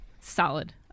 Solid